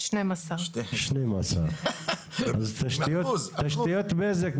12. 12. תשתיות בזק.